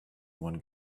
one